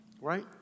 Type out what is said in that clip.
right